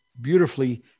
beautifully